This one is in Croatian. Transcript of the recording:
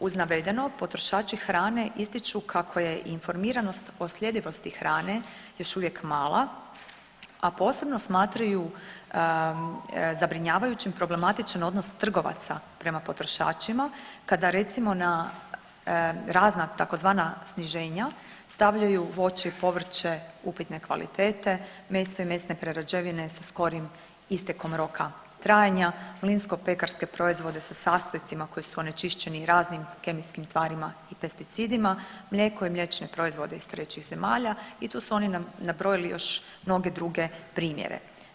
Uz navedeno potrošači hrane ističu kako je informiranost o sljedivosti hrane još uvijek mala, a posebno smatraju zabrinjavajućim problematičan odnos trgovaca prema potrošačima kada recimo na razna tzv. sniženja stavljaju voće i povrće upitne kvalitete, meso i mesne prerađevine sa skorim istekom roka trajanja, mlinsko pekarske proizvode sa sastojcima koji su onečišćeni raznim kemijskim tvarima i pesticidima, mlijeko i mliječne proizvode iz trećih zemalja i tu su oni nabrojili još mnoge druge primjere.